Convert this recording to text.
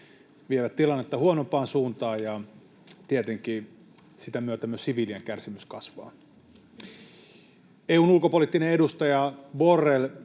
vievät tilannetta huonompaan suuntaan, ja tietenkin sitä myötä myös siviilien kärsimys kasvaa. EU:n ulkopoliittinen edustaja Borrell